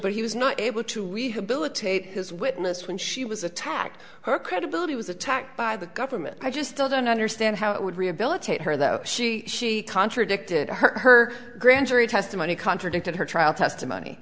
but he was not able to rehabilitate his witness when she was attacked her credibility was attacked by the government i just don't understand how it would rehabilitate her though she contradicted her grand jury testimony contradicted her trial testimony